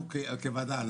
לנו כוועדה,